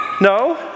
No